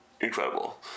incredible